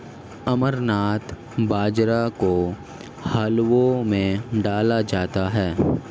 अमरनाथ बाजरा को हलवे में डाला जाता है